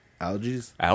Allergies